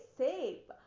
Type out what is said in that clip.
safe